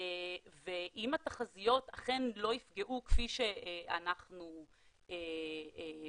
ואם התחזיות אכן לא יפגעו כפי שאנחנו חושבים